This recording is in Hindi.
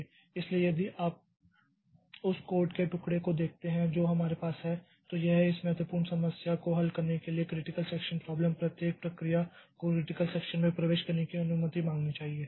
इसलिए यदि आप उस कोड के टुकड़े को देखते हैं जो हमारे पास है तो इस महत्वपूर्ण समस्या को हल करने के लिए क्रिटिकल सेक्षन प्राब्लम प्रत्येक प्रक्रिया को क्रिटिकल सेक्षन में प्रवेश करने की अनुमति मांगनी चाहिए